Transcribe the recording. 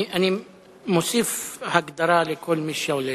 אני מוסיף הגדרה לכל מי שעולה,